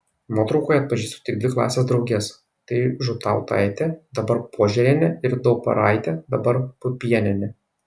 nuotraukoje atpažįstu tik dvi klasės drauges tai žūtautaitė dabar požėrienė ir dauparaitė dabar pupienienė